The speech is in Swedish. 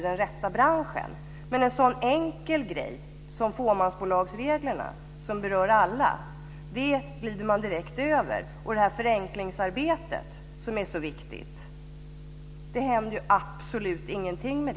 Men en sådan enkel grej som fåmansbolagsreglerna, som berör alla, glider man direkt över. Förenklingsarbetet, som är så viktigt, händer det absolut ingenting med.